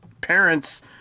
parents